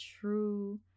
true